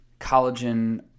collagen